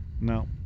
No